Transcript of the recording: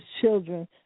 children